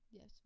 Yes